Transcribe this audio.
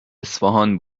اصفهان